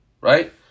right